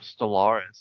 Stellaris